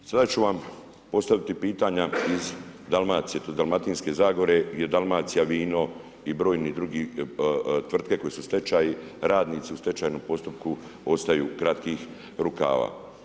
Sada ću vam postaviti pitanja iz Dalmacije, tj. Dalmatinske zagore je Dalmacija vino i brojni drugi, tvrtke koje su stečaj, radnici u stečajnom postupku ostaju kratkih rukava.